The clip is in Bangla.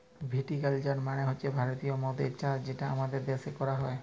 ভিটি কালচার মালে হছে ভারতীয় মদের চাষ যেটা আমাদের দ্যাশে ক্যরা হ্যয়